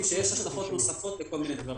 שאני יכול להגיד להם לשלם עוד 10,000 שקל לשנה אגרה.